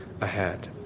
ahead